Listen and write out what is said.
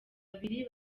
babiri